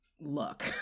look